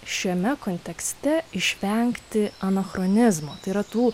šiame kontekste išvengti anachronizmo tai yra tų